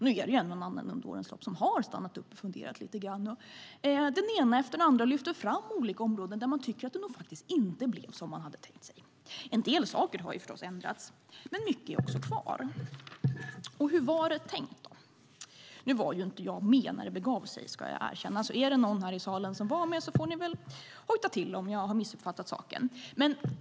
Nu är det en och annan under årens lopp som har stannat upp och funderat lite grann, och den ena efter den andra lyfter fram områden där man inte tycker att blev riktigt som man hade tänkt sig. En del saker har förstås ändrats, men mycket är också kvar. Hur var det då tänkt? Jag var inte med när det begav sig, ska jag erkänna, så om det är någon här i salen som var med får ni hojta till om jag har missuppfattat saken.